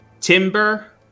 Timber